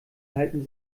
halten